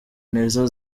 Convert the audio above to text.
nizo